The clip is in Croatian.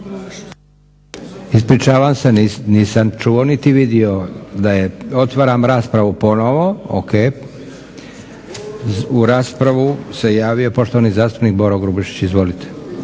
Ispričavam se, nisam čuo niti vidio da je. Otvaram raspravu ponovno. U raspravu se javio poštovani zastupnik Boro Grubišić. Izvolite.